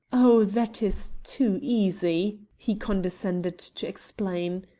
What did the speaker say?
oh, that is too easy, he condescended to explain.